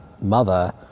mother